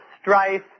strife